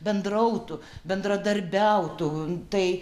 bendrautų bendradarbiautų tai